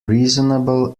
reasonable